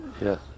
Yes